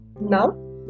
now